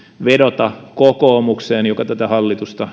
vedota kokoomukseen joka tätä hallitusta